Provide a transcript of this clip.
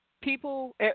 people